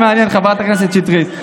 איתך היה לי מעניין, חברת הכנסת שטרית.